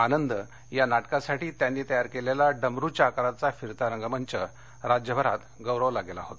आनंद या नाटकासाठी त्यांनी तयार केलेला डमरूच्या आकाराचा फिरता रंगमंच राज्यभरात गौरवला गेला होता